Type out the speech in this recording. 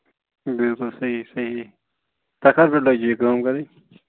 بِلکُل صیحح صیحح تۄہہِ کر پٮ۪ٹھ لٲجوٕ یہِ کٲم کَرٕنۍ